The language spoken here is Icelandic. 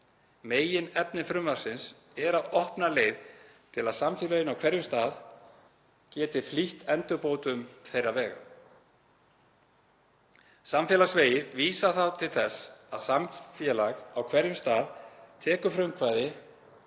Meginefni frumvarpsins er að opna leið til að samfélögin á hverjum stað geti flýtt endurbótum þeirra vega. Samfélagsvegir vísa þá til þess að samfélag á hverjum stað tekur frumkvæði